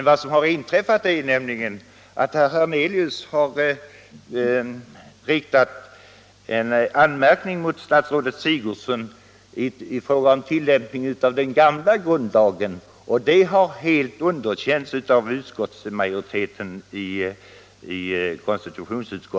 Vad som har inträffat är att herr Hernelius riktat en anmärkning mot statsrådet Sigurdsen i fråga om tillämpningen av den gamla grundlagen. Det har helt underkänts av majoriteten i konstitutionsutskottet. Sedan, herr Hernelius, uttryckte jag mig kanske litet oklart här, men jag nämnde faktiskt att det förelåg ett särskilt yttrande från centerpartiets och folkpartiets representanter när det gäller konsti tutionsutskottets betänkande.